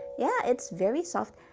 yeah it's very soft.